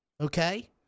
Okay